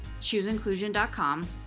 chooseinclusion.com